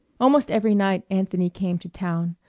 almost every night anthony came to town.